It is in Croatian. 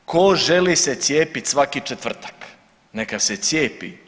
Tko želi se cijepiti se svaki četvrtak neka se cijepi.